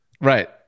Right